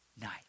night